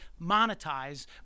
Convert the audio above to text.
monetize